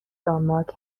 دانمارک